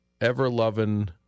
ever-loving